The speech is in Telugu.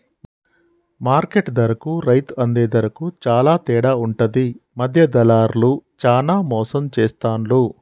మార్కెట్ ధరకు రైతు అందే ధరకు చాల తేడా ఉంటది మధ్య దళార్లు చానా మోసం చేస్తాండ్లు